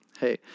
Hey